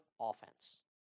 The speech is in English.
offense